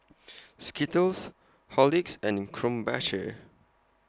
Skittles Horlicks and Krombacher